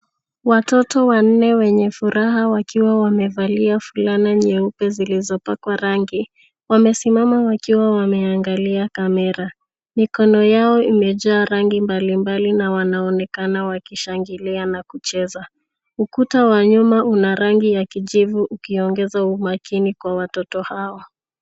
Watoto wanne wenye furaha wakiwa wamevalia fulana nyeupe zilizopakwa rangi. Wamesimama wakiwa wameangalia kamera. Mikono yao imejaa rangi mbalimbali na wanaonekana wakishangilia na kucheza. Ukuta wa nyuma una rangi ya kijivu ukiongeza umakini kwa watoto hawa.